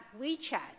WeChat